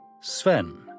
Sven